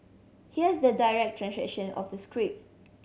here's the direct translation of the script